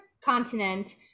continent